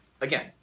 Again